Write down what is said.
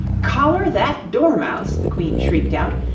collar that dormouse the queen shrieked out.